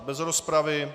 Bez rozpravy.